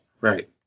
Right